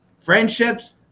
friendships